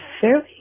fairly